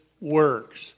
works